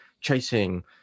chasing